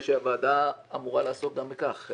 ציינתי שהוועדה אמורה לעסוק גם בכך.